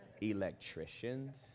electricians